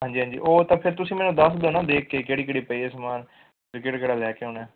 ਹਾਂਜੀ ਹਾਂਜੀ ਉਹ ਤਾਂ ਫੇਰ ਤੁਸੀਂ ਮੈਨੂੰ ਦੱਸ ਦਿਓ ਨਾ ਦੇਖ ਕੇ ਕਿਹੜੀ ਕਿਹੜੀ ਪਈ ਹੈ ਸਮਾਨ ਅਤੇ ਕਿਹੜਾ ਕਿਹੜਾ ਲੈ ਕੇ ਆਉਣਾ ਹੈ